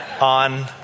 on